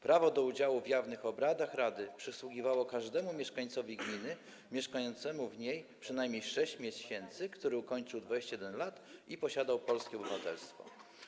Prawo do udziału w jawnych obradach rady przysługiwało każdemu mieszkańcowi gminy mieszkającemu w niej przynajmniej 6 miesięcy, który ukończył 21 lat i posiadał polskie obywatelstwo.